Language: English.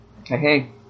Okay